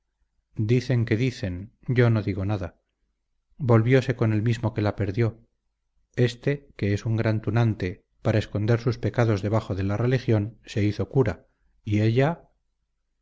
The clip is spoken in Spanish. dicen que dicen yo no digo nada volviose con el mismo que la perdió éste que es un gran tunante para esconder sus pecados debajo de la religión se hizo cura y ella